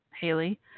Haley